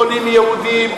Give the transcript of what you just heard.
חולים יהודים,